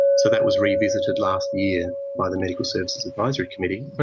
so that was revisited last year by the medical services advisory committee. but